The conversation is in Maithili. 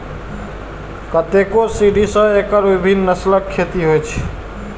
कतेको सदी सं एकर विभिन्न नस्लक खेती होइ छै